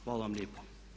Hvala vam lijepo.